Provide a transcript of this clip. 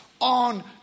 on